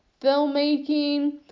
filmmaking